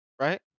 right